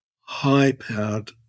high-powered